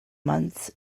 months